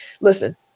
Listen